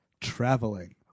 traveling